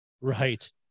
right